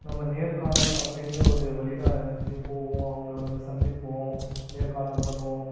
நம்ம நேர்காணல் அப்படின்ற ஒரு வழிதான் இருந்துச்சு போவோம் அவங்களை வந்து சந்திப்போம் நேர்காணல் பண்ணுவோம்